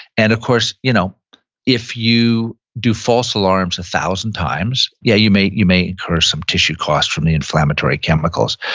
and of course, you know if you do false alarms one thousand times, yeah, you may you may incur some tissue cost from the inflammatory chemicals,